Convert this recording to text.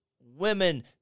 Women